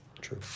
True